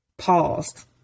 paused